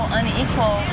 unequal